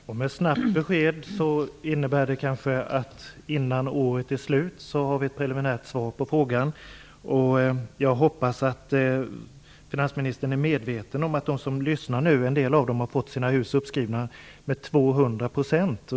Fru talman! Ett snabbt besked innebär kanske att vi innan året är slut har ett preliminärt svar på frågan. Jag hoppas att finansministern är medveten om att en del av dem som nu lyssnar har fått taxeringsvärdena på sina hus uppskrivna med 200 %.